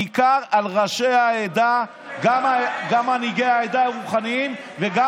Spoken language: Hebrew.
בעיקר על ראשי העדה גם מנהיג העדה הרוחניים וגם